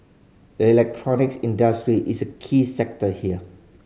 the electronics industry is a key sector here